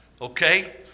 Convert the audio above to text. Okay